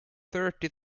thirty